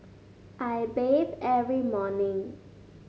I bathe every morning